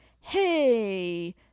hey